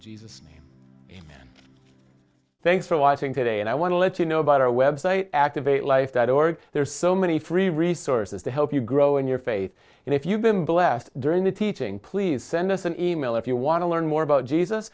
jesus name amen thanks for watching today and i want to let you know about our web site activate life that org there are so many free resources to help you grow in your faith and if you've been blessed during the teaching please send us an e mail if you want to learn more about jesus